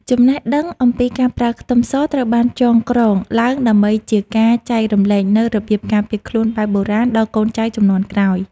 ចំណេះដឹងអំពីការប្រើខ្ទឹមសត្រូវបានចងក្រងឡើងដើម្បីជាការចែករំលែកនូវរបៀបការពារខ្លួនបែបបុរាណដល់កូនចៅជំនាន់ក្រោយ។